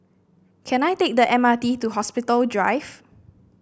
can I take the M R T to Hospital Drive